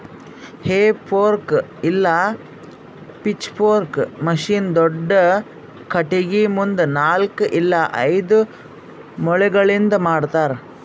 ಹೇ fork ಇಲ್ಲ pitchfork machine ದೊಡ್ದ ಖಟಗಿ ಮುಂದ ನಾಲ್ಕ್ ಇಲ್ಲ ಐದು ಮೊಳಿಗಳಿಂದ್ ಮಾಡ್ತರ